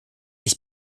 ich